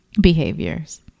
behaviors